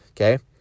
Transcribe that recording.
Okay